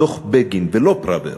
דוח בגין, ולא פראוור,